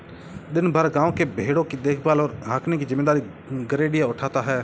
दिन भर गाँव के भेंड़ों की देखभाल और हाँकने की जिम्मेदारी गरेड़िया उठाता है